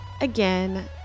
Again